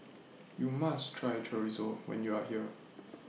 YOU must Try Chorizo when YOU Are here